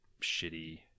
shitty